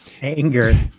anger